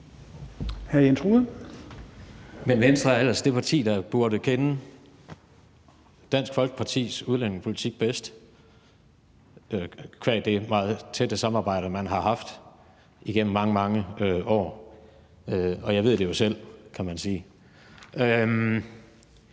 Men Venstre er ellers det parti, der burde kende Dansk Folkepartis udlændingepolitik bedst qua det meget tætte samarbejde, man har haft igennem mange, mange år. Jeg ved det jo selv, kan man sige.